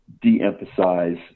de-emphasize